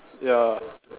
ya